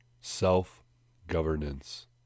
self-governance